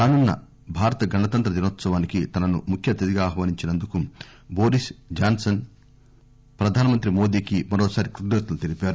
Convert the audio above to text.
రానున్న భారత గణతంత్ర దినోత్సవానికి తనను ముఖ్య అతిధిగా ఆహ్వానించినందుకు బోరిస్ జాన్సన్ ప్రధాని మోదీకి మరోసారి క్కతజ్ఞలు తెలిపారు